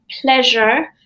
pleasure